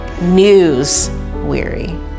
news-weary